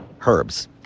herbs